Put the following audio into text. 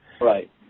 Right